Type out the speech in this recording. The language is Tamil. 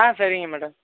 ஆ சரிங்க மேடம்